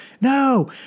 no